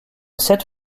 cette